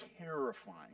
terrifying